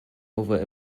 over